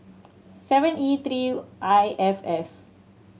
seven E three I F S